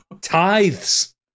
tithes